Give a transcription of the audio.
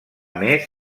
més